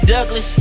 Douglas